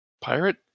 pirate